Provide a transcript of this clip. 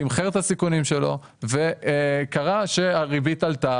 תמחר את הסיכונים שלו וקרה שהריבית עלתה,